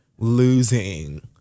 losing